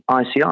ICI